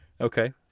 Okay